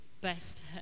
best